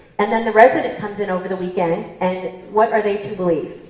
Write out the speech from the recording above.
and then the resident comes in over the weekend, and and what are they to believe?